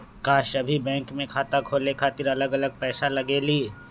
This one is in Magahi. का सभी बैंक में खाता खोले खातीर अलग अलग पैसा लगेलि?